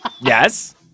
Yes